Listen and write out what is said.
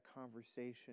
conversation